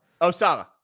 Osala